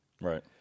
Right